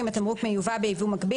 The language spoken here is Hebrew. אם התמרוק מיובא ביבוא מקביל,